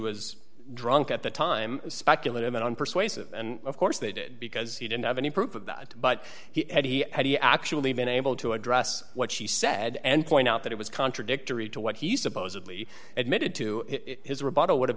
was drunk at the time is speculative and unpersuasive and of course they did because he didn't have any proof of that but he had he actually been able to address what she said and point out that it was contradictory to what he supposedly admitted to his rebuttal would have